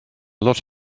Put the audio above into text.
lot